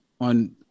on